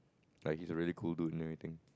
like he's a really cool dude and everything